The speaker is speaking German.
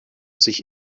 sich